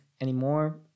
anymore